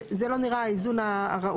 זה לא נראה האיזון הראוי.